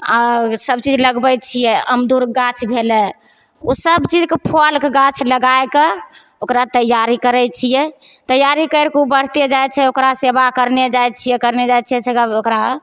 आओर सबचीज लगबैत छियै अमदुर गाछ भेलै ओ सब चीजके फल कऽ गाछ लगाए कऽ ओकरा तैआरी करैत छियै तैआरी करि कऽ ओ बढ़ते जाइत छै ओकरा सेबा करने जाइत छियै करने जाइत छियै सेबा ओकरा